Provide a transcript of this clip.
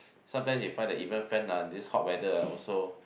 sometimes you find that even fan ah this hot weather ah also